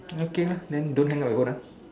okay lah then don't hang up your phone ah